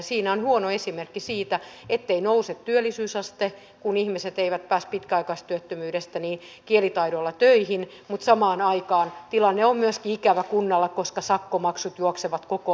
siinä on huono esimerkki siitä ettei nouse työllisyysaste kun ihmiset eivät pääse pitkäaikaistyöttömyydestä kielitaidolla töihin mutta samaan aikaan tilanne on myöskin ikävä kunnalle koska sakkomaksut juoksevat koko ajan